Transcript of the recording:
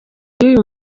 y’uyu